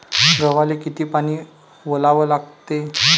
गव्हाले किती पानी वलवा लागते?